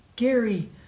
Gary